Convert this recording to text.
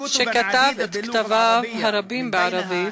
שכתב את כתביו הרבים בערבית,